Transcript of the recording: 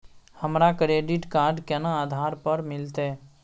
हमरा credit card केना आधार पर मिलते?